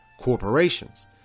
corporations